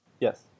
Yes